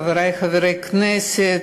חברי חברי הכנסת,